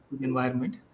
environment